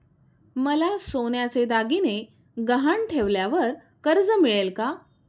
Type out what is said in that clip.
मला सोन्याचे दागिने गहाण ठेवल्यावर कर्ज मिळेल का?